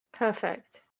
Perfect